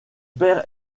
père